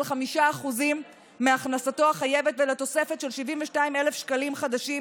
5% מהכנסתו החייבת ולתוספת של 72,000 שקלים חדשים